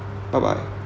bye bye